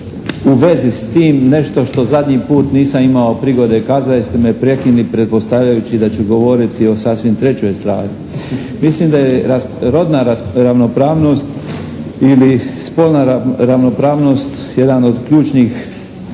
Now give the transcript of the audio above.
u vezi s tim nešto što zadnji put nisam imao prigode kazati jer ste me prekinuli pretpostavljajući da ću govoriti o sasvim trećoj stvari. Mislim da je rodna ravnopravnost ili spolna ravnopravnost jedan od ključnih